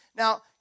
Now